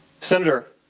senator,